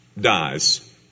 dies